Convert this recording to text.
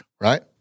right